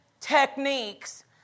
techniques